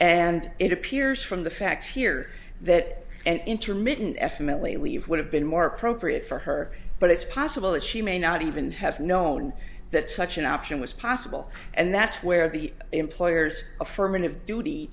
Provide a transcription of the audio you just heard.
and it appears from the facts here that an intermittent f mily we have would have been more appropriate for her but it's possible that she may not even have known that such an option was possible and that's where the employer's affirmative duty